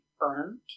earned